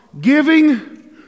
giving